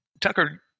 Tucker